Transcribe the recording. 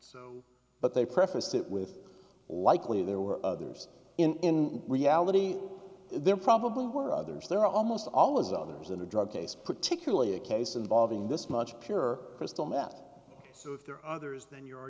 so but they prefaced it with likely there were others in reality there probably were others there almost always others in a drug case particularly a case involving this much pure crystal meth so if there are others then you